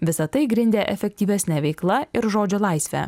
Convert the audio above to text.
visa tai grindė efektyvesne veikla ir žodžio laisve